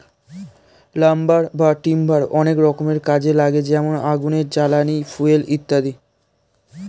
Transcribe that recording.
lumber বা timber অনেক রকমের কাজে লাগে যেমন আগুনের জ্বালানি, ফুয়েল ইত্যাদি